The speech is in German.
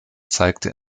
zeigte